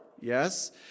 Yes